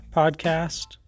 podcast